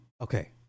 Okay